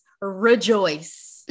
rejoice